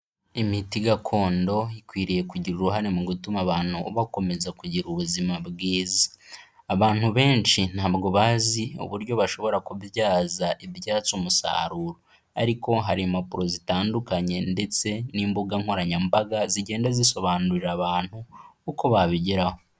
Imiti gakondo ikwiriye kugira uruhare mu gutuma abantu bakomeza kugira ubuzima bwiza. Abantu benshi ntabwo bazi uburyo bashobora kubyaza ibyatsi umusaruro. Ariko hari impapuro zitandukanye ndetse n'imbuga nkoranyambaga zigenda zisobanurira abantu uko babigeraho.